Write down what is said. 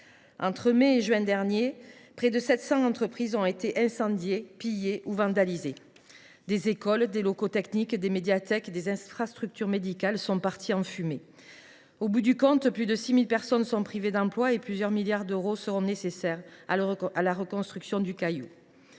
de mai et de juin 2024, près de 700 entreprises ont été incendiées, pillées ou vandalisées. Des écoles, des locaux techniques, des médiathèques et des infrastructures médicales sont partis en fumée. Au bout du compte, plus de 6 000 de nos concitoyens sont privés d’emploi, et plusieurs milliards d’euros seront nécessaires à la reconstruction du Caillou.